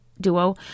duo